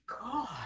god